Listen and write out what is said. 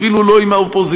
אפילו לא עם האופוזיציה,